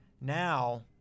now